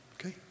okay